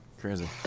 Crazy